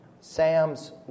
SAMS